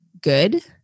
good